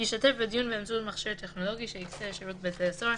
ישתתף בדיון באמצעות מכשיר טכנולוגי שיקצה שירות בתי הסוהר